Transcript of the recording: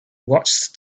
watched